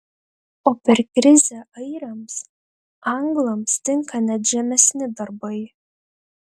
o per krizę airiams anglams tinka net žemesni darbai